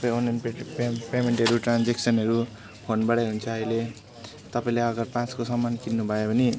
सबै अनलाइन पेटे पेमे पेमेन्टहरू ट्रान्जेक्सनहरू फोनबाटै हुन्छ अहिले तपाईँले अगर पाँचको सामान किन्नुभयो भने